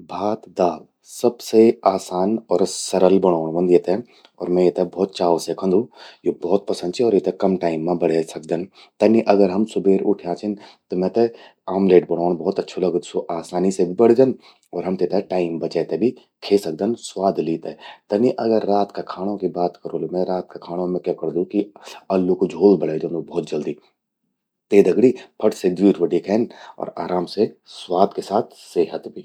भात दाल...सबसे आसाम और सरल बणौंण व्हंद येते और मैं येते भौत चाव से खांदू। यो भौत पसंद चि अर येते भौत कम टाइम मां बणे सकदन। तन्नि अगर हम सुबेर उठ्यां छिन त मेते ऑमलेट बणौण सबसे अच्छू लगद, स्वो आसानी से भि बणि जंद और हम तेते टाइम बचै ते भि खे सकदन स्वाद ली ते। तन्नि अगर रात का खाणो की बात करोलू मैं, रात का खाणो मैं क्या करोलु कि अल्लू कु झोल बणे द्योंदू भौत जल्दी। ते दगड़ि फट्ट से द्वी रोट्टि खेन अर आराम से स्वाद के साथ सेहत भि।